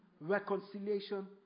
Reconciliation